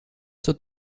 zur